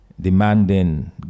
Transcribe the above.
demanding